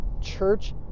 Church